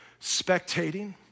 spectating